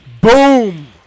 boom